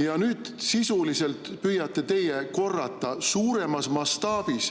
Ja nüüd sisuliselt püüate teie korrata suuremas mastaabis